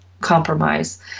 compromise